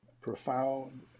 profound